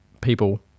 people